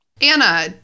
Anna